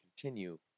continue